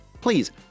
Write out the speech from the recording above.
please